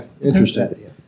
interesting